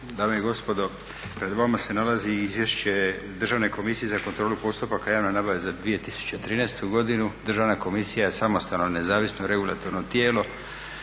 dame i gospodo. Pred vama se nalazi Izvješće Državne komisije za kontrolu postupaka javne nabave za 2013. godinu. Državna komisija je samostalno, nezavisno, regulatorno tijelo,